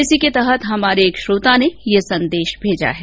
इसी के तहत हमारे एक श्रोता ने ये संदेश भेजा है